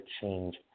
change